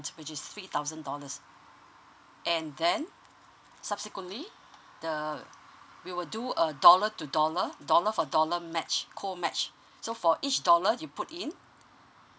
which is three thousand dollars and then subsequently the we will do a dollar to dollar dollar for dollar matched co match so for each dollars you put in